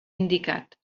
indicat